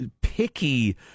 picky